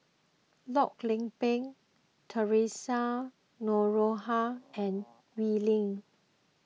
Loh Lik Peng theresa Noronha and Wee Lin